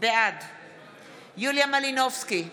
בעד יוליה מלינובסקי קונין,